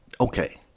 Okay